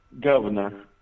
Governor